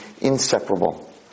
inseparable